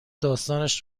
داستانش